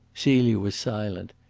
celia was silent,